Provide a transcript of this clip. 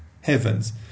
heavens